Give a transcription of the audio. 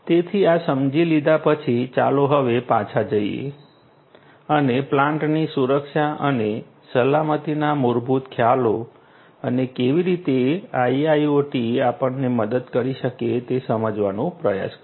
તેથી આ સમજી લીધા પછી ચાલો હવે પાછા જઈએ અને પ્લાન્ટની સુરક્ષા અને સલામતીના મૂળભૂત ખ્યાલો અને કેવી રીતે IIoT આપણને મદદ કરી શકે તે સમજવાનો પ્રયાસ કરીએ